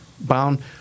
bound